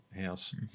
house